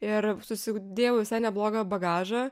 ir susidėjau visai neblogą bagažą